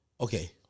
Okay